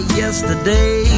yesterday